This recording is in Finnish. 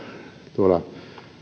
tuolla